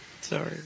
Sorry